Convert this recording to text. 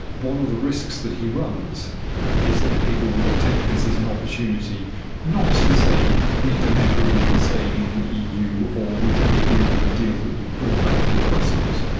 one of the risks that he runs is that people will take this as an opportunity not to say we don't agree with staying in the eu or we don't agree with the deal that you've brought back from brussels,